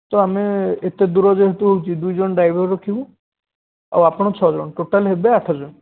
ତ ଆମେ ଏତେ ଦୂର ଯେହେତୁ ହେଉଛି ଦୁଇ ଜଣ ଡ୍ରାଇଭର୍ ରଖିବୁ ଆଉ ଆପଣ ଛଅ ଜଣ ଟୋଟାଲ୍ ହେବେ ଆଠ ଜଣ